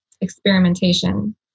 experimentation